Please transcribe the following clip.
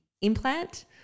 implant